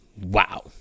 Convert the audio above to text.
Wow